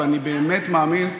ואני באמת מאמין,